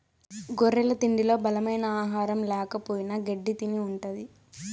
గొర్రెల తిండిలో బలమైన ఆహారం ల్యాకపోయిన గెడ్డి తిని ఉంటది